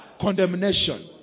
condemnation